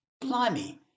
Blimey